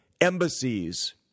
embassies